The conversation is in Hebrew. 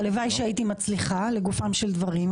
הלוואי שהייתי מצליחה לגופם של דברים,